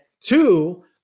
Two